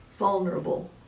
vulnerable